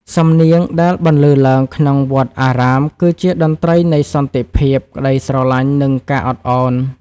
សំនៀងដែលបន្លឺឡើងក្នុងវត្តអារាម គឺជាតន្ត្រីនៃសន្តិភាព ក្ដីស្រឡាញ់ និងការអត់ឱន។